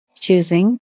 choosing